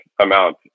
amount